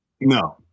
no